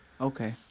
Okay